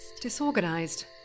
Disorganized